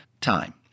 time